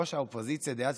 ראש האופוזיציה דאז,